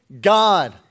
God